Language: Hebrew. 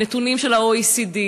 הנתונים של ה-OECD,